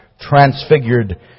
transfigured